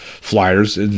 flyers